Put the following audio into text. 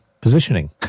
Positioning